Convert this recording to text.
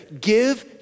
give